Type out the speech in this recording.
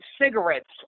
cigarettes